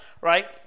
right